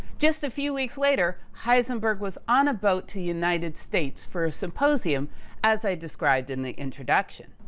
just a few weeks later, heisenberg was on a boat to united states for a symposium as i described in the introduction.